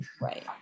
Right